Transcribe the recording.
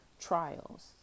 trials